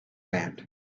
band